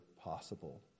possible